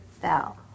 fell